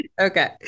Okay